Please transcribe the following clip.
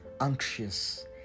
anxious